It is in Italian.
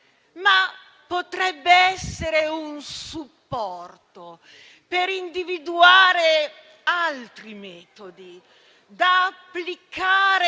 ma potrebbe essere un supporto per individuare altri metodi da applicare